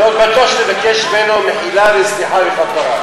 אני עוד בטוח שתבקש ממנו מחילה, וסליחה וכפרה.